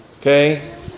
okay